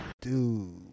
Dude